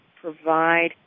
provide